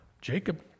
Jacob